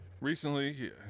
Recently